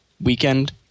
weekend